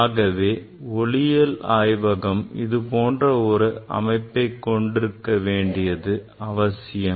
ஆகவே ஒளியியல் ஆய்வகம் இதுபோன்ற ஒரு அமைப்பை கொண்டிருக்க வேண்டியது அவசியம்